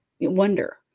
wonder